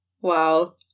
Wow